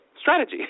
strategy